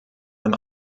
ein